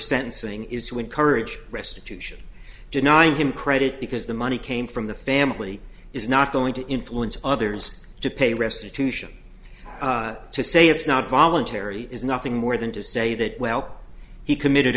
sentencing is to encourage restitution denying him credit because the money came from the family is not going to influence others to pay restitution to say it's not voluntary is nothing more than to say that well he committed